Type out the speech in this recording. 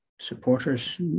supporters